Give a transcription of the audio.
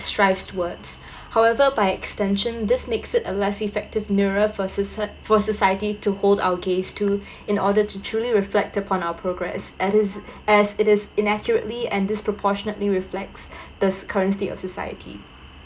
strive towards however by extension this makes it a less effective nearer for soci~ for society to hold our gaze to in order to truly reflect upon our progress as is as it is inaccurately and disproportionately reflects the current state of society